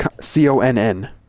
C-O-N-N